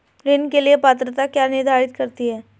ऋण के लिए पात्रता क्या निर्धारित करती है?